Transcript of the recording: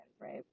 right